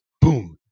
boom